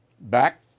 Back